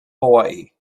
hawaii